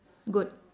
goat